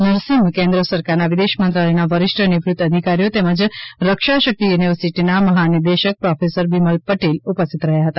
નરસિમફ કેન્દ્ર સરકારના વિદેશ મંત્રાલયના વરિષ્ઠ નિવૃત અધિકારીઓ તેમજ રક્ષા શક્તિ યુનિવર્સિટીના મહા નિદેશક પ્રોફેસર બિમલ પટેલ ઉપસ્થિત રહ્યા હતા